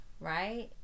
right